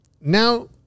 Now